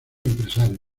empresarios